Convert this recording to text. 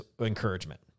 encouragement